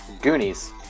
Goonies